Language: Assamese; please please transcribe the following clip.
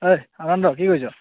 ঐ আনন্দ কি কৰিছ